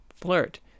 flirt